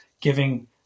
giving